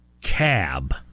cab